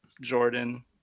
jordan